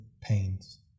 pains